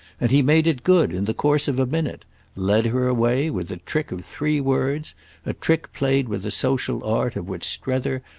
and he made it good in the course of a minute led her away with a trick of three words a trick played with a social art of which strether,